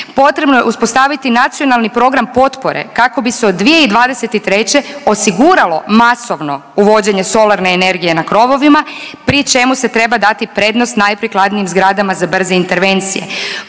Potrebno je uspostaviti nacionalni program potpore kako bi se od 2023. osiguralo masovno uvođenje solarne energije na krovovima pri čemu se treba dati prednost najprikladnijim zgradama za brze intervencije.